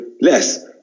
less